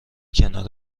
کنار